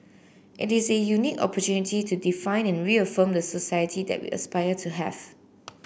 it is a unique opportunity to define and reaffirm the society that we aspire to have